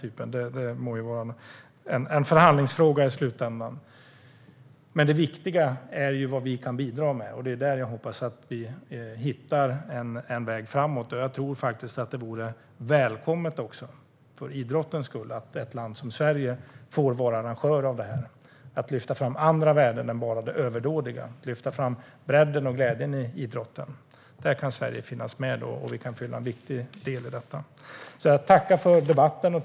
Det må vara en förhandlingsfråga i slutändan. Det viktiga är vad vi kan bidra med, och det är där jag hoppas att vi hittar en väg framåt. Jag tror att det, för idrottens skull, vore välkommet att ett land som Sverige får vara arrangör av det här. Man kan lyfta fram andra värden än det överdådiga. Man kan lyfta fram bredden och glädjen i idrotten. Sverige kan finnas med och vara en viktig del i det. Jag vill tacka för debatten.